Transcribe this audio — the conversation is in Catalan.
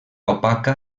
opaca